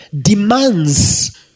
demands